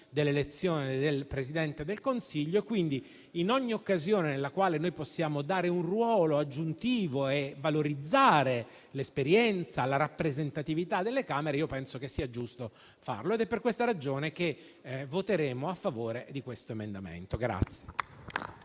dell'elezione del Presidente del Consiglio. Quindi, in ogni occasione nella quale possiamo dare un ruolo aggiuntivo e valorizzare l'esperienza e la rappresentatività delle Camere, penso sia giusto farlo. È per questa ragione che voteremo a favore di questo emendamento.